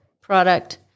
product